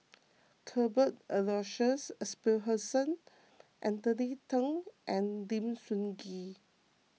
Cuthbert Aloysius Shepherdson Anthony then and Lim Sun Gee